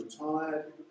retired